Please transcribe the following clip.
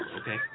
okay